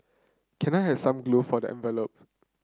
can I have some glue for the envelope